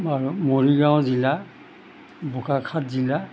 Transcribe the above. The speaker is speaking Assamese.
আৰু মৰিগাঁও জিলা বোকাখাট জিলা